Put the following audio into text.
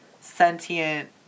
sentient